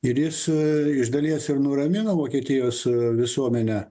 ir jis į iš dalies ir nuramino vokietijos visuomenę